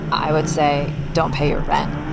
i would say don't pay your rent